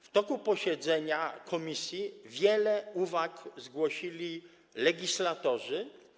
W toku posiedzenia komisji wiele uwag zgłosili legislatorzy.